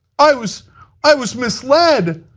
i was i was misled.